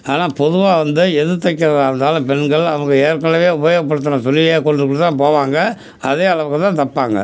ஆனால் பொதுவாக வந்து எது தைக்கிறதாக இருந்தாலும் பெண்கள் அவங்க ஏற்கனவே உபயோகப்படுத்தின துணியை கொண்டுக்கிட்டு தான் போவாங்க அதே அளவுக்கு தான் தைப்பாங்க